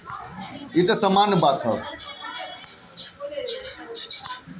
प्रतिभूति तोहारी इमर्जेंसी चाहे धन होला